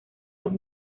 los